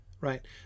right